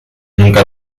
nunca